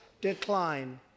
decline